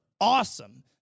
awesome